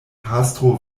pastro